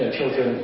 children